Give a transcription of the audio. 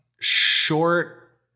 short